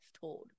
told